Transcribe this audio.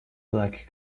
black